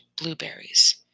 blueberries